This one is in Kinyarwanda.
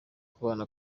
kubana